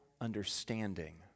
understanding